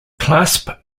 clasp